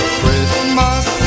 Christmas